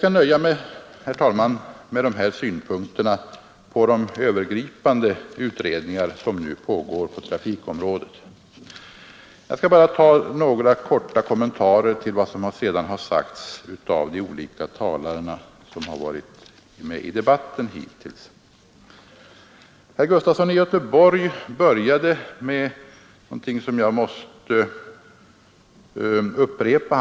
Jag nöjer mig med dessa synpunkter på de övergripande utredningar som nu pågår på trafikområdet och skall sedan bara göra några korta kommentarer till vad som har sagts av de talare som har deltagit i debatten hittills. Herr Gustafson i Göteborg började med att säga något som jag måste upprepa.